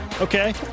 Okay